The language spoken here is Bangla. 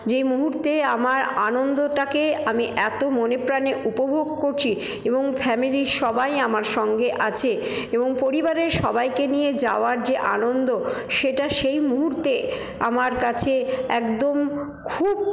যেই মুহুর্তে আমার আনন্দটাকে আমি এতো মনে প্রাণে উপভোগ করছি এবং ফ্যামিলির সবাই আমার সঙ্গে আছে এবং পরিবারের সবাইকে নিয়ে যাওয়ার যে আনন্দ সেটা সেই মুহুর্তে আমার কাছে একদম খুব